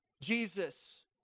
Jesus